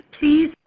Please